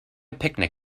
picnic